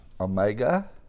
omega